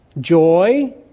joy